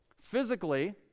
Physically